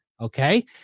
okay